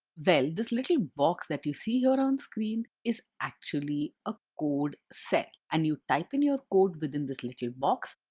well, this little box that you see here on screen is actually a code cell and you type in your code within this little box.